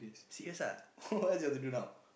serious ah what else you want to do now